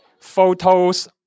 photos